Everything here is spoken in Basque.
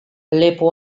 lepo